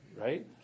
right